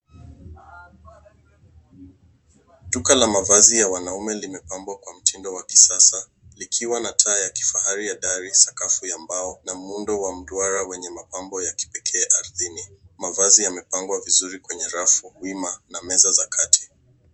Duka la mavazi ya wanaume limepambwa kwa mtindo wa kisasa likiwa na taa ya kifahari ya dari, skafu ya mbao na muundo wa duara wenye mapambo ya kipekee ardhini. mavazi yamepangwa vizuri kwenye rafu wima na meza za kati.